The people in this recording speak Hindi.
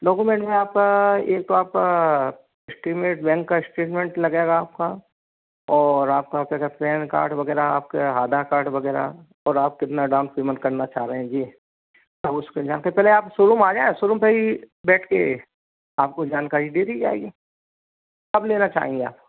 डोकुमेंट में आपका एक तो आपका इश्टेटमेंट बैंक का इश्टेटमेंट लगेगा आपका और आपका जैसे पेन कार्ड वग़ैरह आपका आधार कार्ड वग़ैरह और आप कितना डाउन पेमेंट करना चाह रहे ये तो हम उसको जान के पहले आप सोरूम आ जाएं सोरूम पर ही बैठ कर आपको जानकारी दे दी जाएगी कब लेना चाहेंगे आप